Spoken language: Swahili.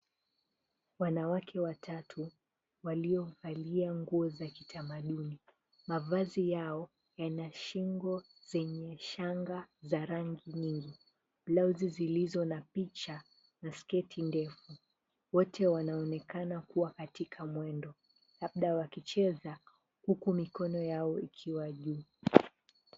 Wanawake watatu waliovalia nguo za kitamaduni, mavazi yao yana shingo zenye shanga za rangi nyingi, blauzi zilizo na picha na sketi ndefu, wote wanaonekana kuwa katika mwendo, labda wakicheza huku mikono yao ikiwa juu.